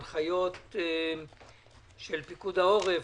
בהתאם להנחיות של פיקוד העורף,